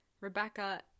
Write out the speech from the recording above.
rebecca